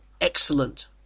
excellent